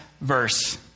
verse